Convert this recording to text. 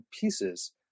pieces